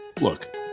Look